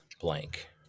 blank